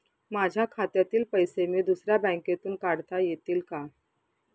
माझ्या खात्यातील पैसे मी दुसऱ्या बँकेतून काढता येतील का?